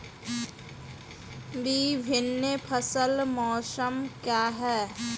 विभिन्न फसल मौसम क्या हैं?